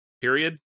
Period